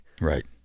right